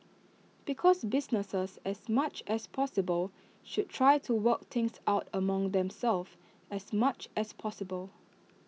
because businesses as much as possible should try to work things out among themselves as much as possible